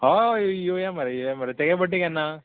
हय येवया मरे येवया मरे तेगे बर्थडे केन्ना